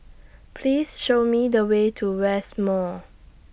Please Show Me The Way to West Mall